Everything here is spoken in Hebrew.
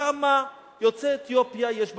כמה יוצאי אתיופיה יש בקיבוצים?